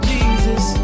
Jesus